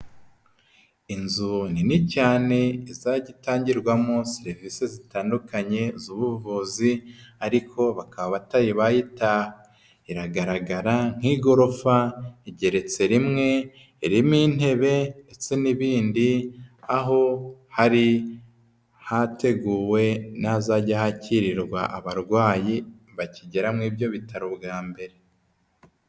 Inzu nini cyane izajyi itangirwamo serivise zitandukanye z'ubuvuzi ariko bakaba batari bayitaha, iragaragara nk'igorofa igeretse rimwe irimo intebe ndetse n'ibindi aho hari hateguwe n'ahazajya hakirirwa abarwayi bakigera muri ibyo bitaro bwa mbere.